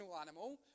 animal